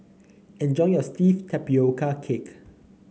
enjoy your steamed Tapioca Cake